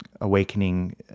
awakening